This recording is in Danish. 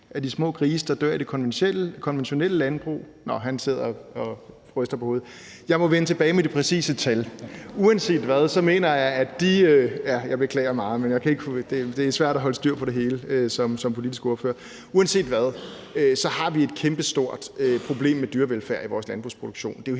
af de små grise, der dør i det konventionelle landbrug. Nå, jeg kan se, at han sidder og ryster på hovedet. Jeg må vende tilbage med det præcise tal. Jeg beklager meget, men det er svært at holde styr på det hele som politisk ordfører. Uanset hvad har vi et kæmpestort problem med dyrevelfærd i vores landbrugsproduktion.